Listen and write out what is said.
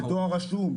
בדואר רשום,